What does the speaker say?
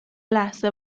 لحظه